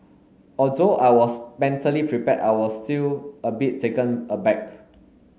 although I was mentally prepared I was still a bit taken aback